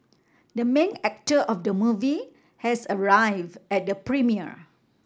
the main actor of the movie has arrived at the premiere